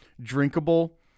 drinkable